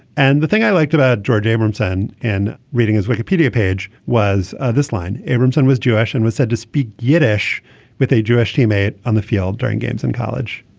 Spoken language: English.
and the thing i liked about george abramson in reading his wikipedia page was this line abramson was jewish and was said to speak yiddish with a jewish teammate on the field during games in college.